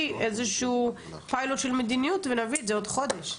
איזה פיילוט של מדיניות ונביא את זה עוד חודש.